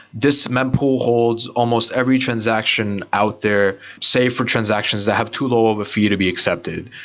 this mem pool holds almost every transaction out there. say for transactions that have too low of a fee to be accepted.